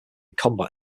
combat